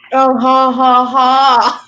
oh, ha ha ha.